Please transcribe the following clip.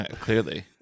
Clearly